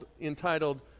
entitled